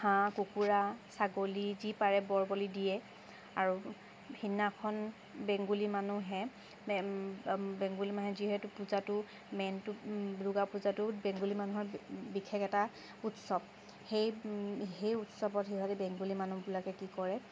হাঁহ কুকুৰা ছাগলী যি পাৰে বৰ বলি দিয়ে আৰু সেদিনাখন বেঙ্গোলী মানুহে বেঙ্গোলী মানুহে যিহেতু পূজাটো মেইনটো দূৰ্গা পূজাটো বেঙ্গোলী মানুহৰ বিশেষ এটা উৎসৱ সেই সেই উৎসৱত সিহঁতে বেঙ্গোলী মানুহবিলাকে কি কৰে